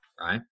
right